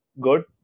good